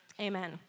Amen